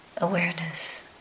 awareness